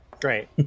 great